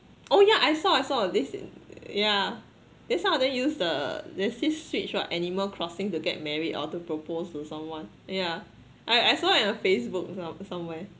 oh yeah I saw I saw this yeah then some of them use the there's this switch what animal crossing to get married or to propose to someone yeah I I saw it on Facebook from somewhere